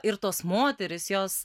ir tos moterys jos